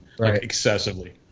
excessively